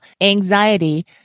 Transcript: anxiety